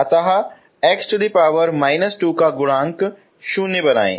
अतः x−2 का गुणांक शून्य बनाइए